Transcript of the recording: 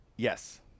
Yes